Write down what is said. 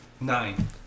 Nine